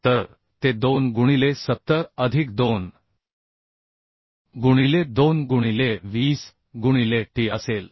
तर ते 2 गुणिले 70 अधिक 2 गुणिले 2 गुणिले 20 गुणिले t असेल